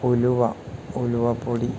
ഉലുവ ഉലുവപ്പൊടി